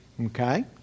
Okay